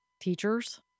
teachers